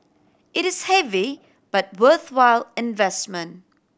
it is heavy but worthwhile investment